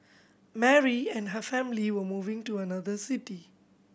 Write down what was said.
Mary and her family were moving to another city